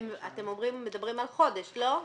אתם מדברים על חודש, לא?